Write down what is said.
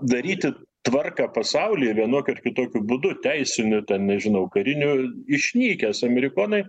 daryti tvarką pasaulyje vienokiu ar kitokiu būdu teisiniu ten nežinau kariniu išnykęs amerikonai